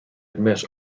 admit